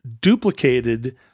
duplicated